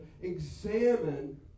examine